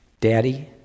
Daddy